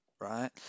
right